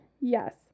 Yes